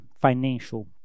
financial